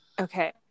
Okay